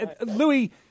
Louis